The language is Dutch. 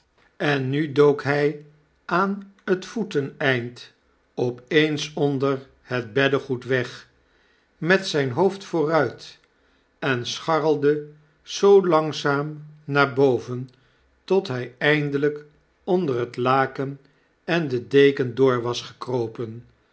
en nu dook hy aan t voeteneind op eens onder het beddegoed weg met zyn hoofd vooruit en scharrelde zoo langzaam naar boven tot hi eindelp onder het laken en de deken door was gekropen